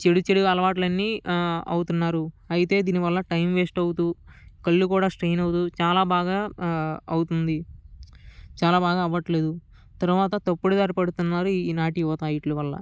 చెడు చెడుగా అలవాట్లన్నీ అవుతున్నారు అయితే దీని వల్ల టైం వేస్ట్ అవుతూ కళ్ళు కూడా స్ట్రైన్ అవుతూ చాలా బాగా అవుతుంది చాలా బాగా అవ్వట్లేదు తరువాత తప్పుడు దారి పడుతున్నారు ఈనాటి యువత వీటివల్ల